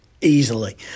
easily